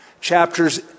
Chapters